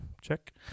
check